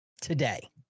today